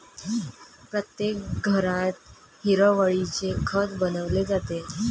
प्रत्येक घरात हिरवळीचे खत बनवले जाते